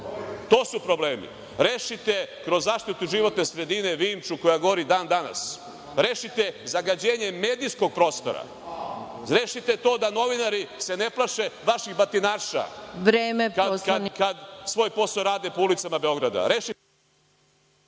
To su problemi. Rešite kroz zaštitu životne sredine Vinču, koja gori i dan danas. Rešite zagađenje medijskog prostora, rešite to da novinari se ne plaše vaših batinaša, kad svoj posao rade po ulicama Beograda.